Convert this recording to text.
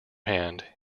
hand